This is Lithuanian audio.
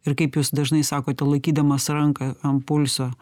ir kaip jūs dažnai sakote laikydamas ranką ant pulso